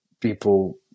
people